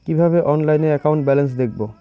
কিভাবে অনলাইনে account balance দেখবো?